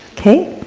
okay?